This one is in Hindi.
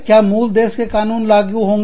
क्या मूल देश के कानून लागू होंगे